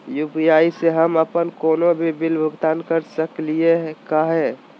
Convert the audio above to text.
UPI स हम अप्पन कोनो भी बिल भुगतान कर सकली का हे?